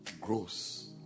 grows